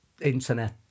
internet